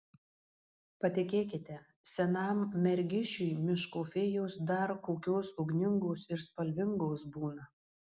patikėkite senam mergišiui miško fėjos dar kokios ugningos ir spalvingos būna